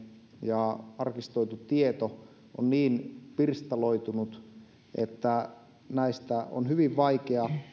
ja arkistoitu tieto ovat niin pirstaloituneita että näistä on hyvin vaikea